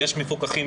יש מפוקחים,